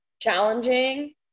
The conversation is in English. challenging